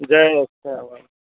Jai Shyama